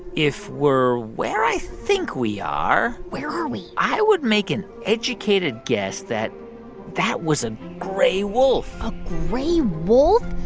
if we're where i think we are. where are we. i would make an educated guess that that was a gray wolf a gray wolf?